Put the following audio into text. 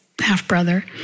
half-brother